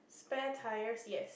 spare tyres yes